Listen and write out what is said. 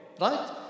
right